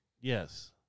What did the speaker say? Yes